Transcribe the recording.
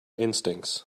instincts